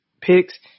picks